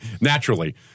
Naturally